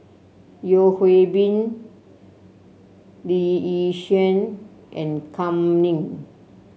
Yeo Hwee Bin Lee Yi Shyan and Kam Ning